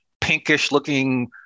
pinkish-looking